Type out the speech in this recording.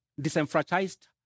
disenfranchised